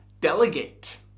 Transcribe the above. delegate